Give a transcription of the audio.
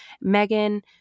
Megan